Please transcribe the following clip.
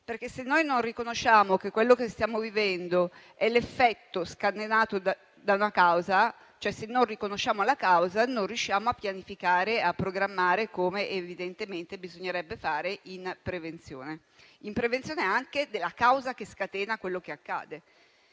perché, se non riconosciamo che quello che stiamo vivendo è l'effetto scatenato da una causa, cioè se non ne riconosciamo la causa, non riusciamo a pianificare e a programmare, come evidentemente bisognerebbe fare, in prevenzione anche della causa che scatena quello che accade.